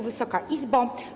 Wysoka Izbo!